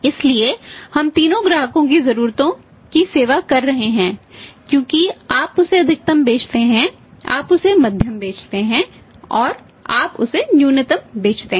इसलिए हम तीनों ग्राहकों की जरूरतों की सेवा कर रहे हैं क्योंकि आप उसे अधिकतम बेचते हैं आप उसे मध्यम बेचते हैं आप उसे न्यूनतम बेचते हैं